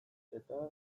eta